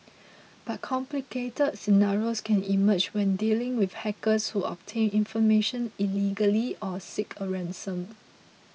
but complicated scenarios can emerge when dealing with hackers who obtain information illegally or seek a ransom